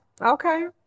Okay